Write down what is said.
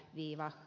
viiva